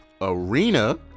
Arena